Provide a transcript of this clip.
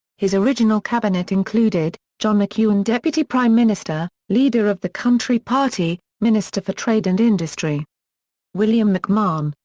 his original cabinet included john mcewen deputy prime minister, leader of the country party, minister for trade and industry william mcmahon,